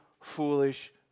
foolish